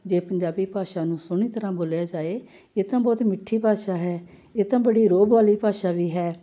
ਜੇ ਪੰਜਾਬੀ ਭਾਸ਼ਾ ਨੂੰ ਸੋਹਣੀ ਤਰ੍ਹਾਂ ਬੋਲਿਆ ਜਾਵੇ ਇਹ ਤਾਂ ਬਹੁਤ ਮਿੱਠੀ ਭਾਸ਼ਾ ਹੈ ਇਹ ਤਾਂ ਬੜੇ ਰੋਅਬ ਵਾਲੀ ਭਾਸ਼ਾ ਵੀ ਹੈ